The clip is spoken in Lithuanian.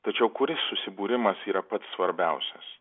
tačiau kuris susibūrimas yra pats svarbiausias